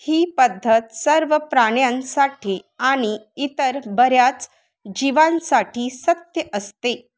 ही पद्धत सर्व प्राण्यांसाठी आणि इतर बऱ्याच जीवांसाठी सत्य असते